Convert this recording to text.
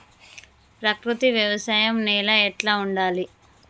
ప్రకృతి వ్యవసాయం నేల ఎట్లా ఉండాలి?